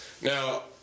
now